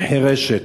היא חירשת,